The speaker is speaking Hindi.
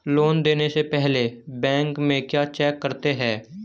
लोन देने से पहले बैंक में क्या चेक करते हैं?